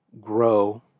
grow